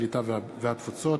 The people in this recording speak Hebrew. הקליטה והתפוצות.